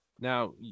now